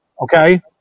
Okay